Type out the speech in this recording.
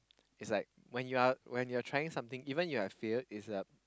is like when you are when you are trying something even you are fail is a is like a